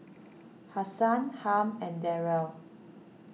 Hasan Harm and Darryle